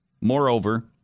Moreover